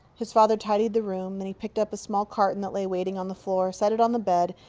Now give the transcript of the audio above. his father tidied the room. then he picked up a small carton that lay waiting on the floor, set it on the bed,